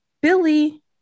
Billy